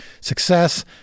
success